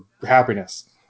happiness